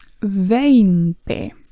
veinte